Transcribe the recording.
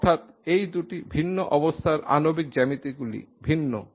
অর্থাৎ এই দুটি ভিন্ন অবস্থার আণবিক জ্যামিতিগুলি ভিন্ন